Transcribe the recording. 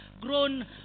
grown